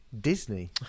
Disney